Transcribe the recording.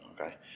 Okay